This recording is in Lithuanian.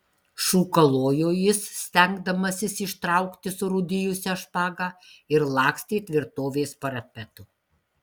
šūkalojo jis stengdamasis ištraukti surūdijusią špagą ir lakstė tvirtovės parapetu